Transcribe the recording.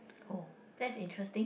oh that's interesting